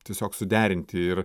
tiesiog suderinti ir